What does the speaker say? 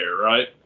right